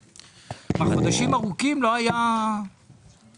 חודשים ארוכים לא נערכו דיונים?